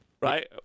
right